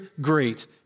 great